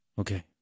Okay